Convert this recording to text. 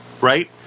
right